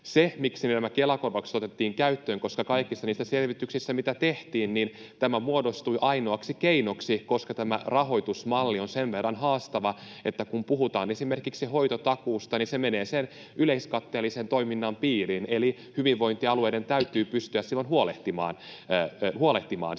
Se, miksi me nämä Kela-korvaukset otettiin käyttöön, oli se, että kaikissa niissä selvityksissä, mitä tehtiin, tämä muodostui ainoaksi keinoksi. Tämä rahoitusmalli on sen verran haastava, että kun puhutaan esimerkiksi hoitotakuusta, niin se menee sen yleiskatteellisen toiminnan piiriin, eli hyvinvointialueiden täytyy pystyä silloin huolehtimaan siitä.